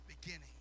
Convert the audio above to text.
beginning